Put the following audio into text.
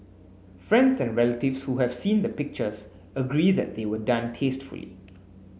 friends and relatives who have seen the pictures agree that they were done tastefully